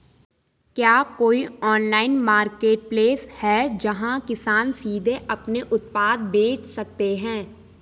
क्या कोई online marketplace है, जहां किसान सीधे अपने उत्पाद बेच सकते हैं?